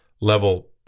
level